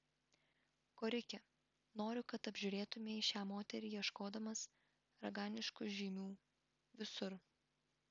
korike noriu kad apžiūrėtumei šią moterį ieškodamas raganiškų žymių visur